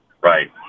Right